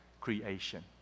creation